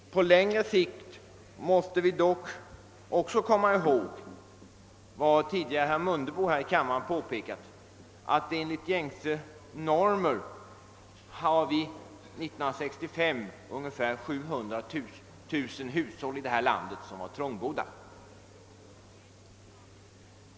På längre sikt måste vi dock komma ihåg vad herr Mundebo tidigare påpekat här i kammaren, nämligen att vi år 1965 enligt gängse normer hade ca 700 000 hushåll i detta land som var trångbodda.